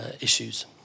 issues